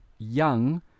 young